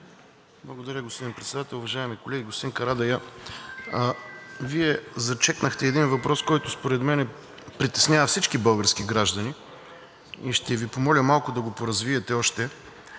Благодаря, господин Председател. Уважаеми колеги! Господин Карадайъ, Вие зачекнахте един въпрос, който според мен притеснява всички български граждани. Ще Ви помоля да го поразвиете още